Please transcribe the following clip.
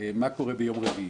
מה קורה ביום רביעי.